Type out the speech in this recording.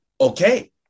Okay